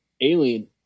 alien